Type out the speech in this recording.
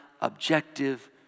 objective